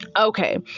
okay